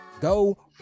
Go